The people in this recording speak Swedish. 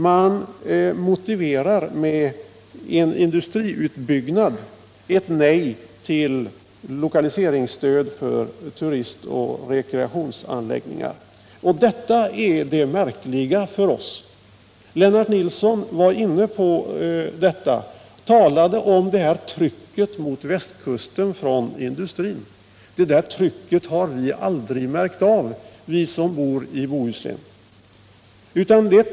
Man har alltså motiverat ett nej till lokaliseringsstöd för turistoch rekreationsanläggningar med att det skall ske en industriutbyggnad. Och detta är det märkliga för oss. Lennart Nilsson talade om trycket mot västkusten från industrin. Det trycket har vi som bor i Bohuslän aldrig märkt av.